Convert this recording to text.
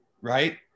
right